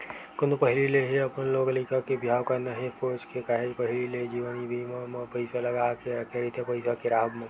कोनो पहिली ले ही अपन लोग लइका के बिहाव करना हे सोच के काहेच पहिली ले जीवन बीमा म पइसा लगा के रखे रहिथे पइसा के राहब म